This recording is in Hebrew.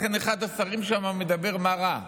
לכן אחד השרים שם אומר: מה רע?